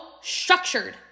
structured